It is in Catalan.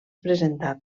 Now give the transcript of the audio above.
presentat